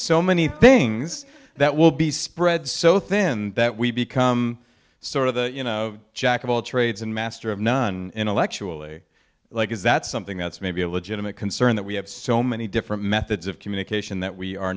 so many things that will be spread so thin that we become sort of the you know jack of all trades and master of none intellectually like is that something that's maybe a legitimate concern that we have so many different methods of communication that we are